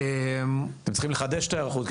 אתם צריכים לחדש את ההיערכות,